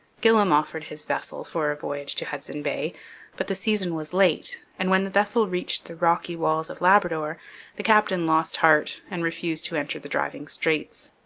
gillam offered his vessel for a voyage to hudson bay but the season was late, and when the vessel reached the rocky walls of labrador the captain lost heart and refused to enter the driving straits.